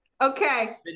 Okay